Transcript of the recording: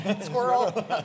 Squirrel